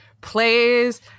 plays